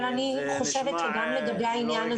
אבל אני חושבת שגם לגבי העניין הזה.